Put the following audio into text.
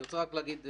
אני רוצה רק להגיד.